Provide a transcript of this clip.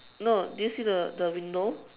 no did you see the the window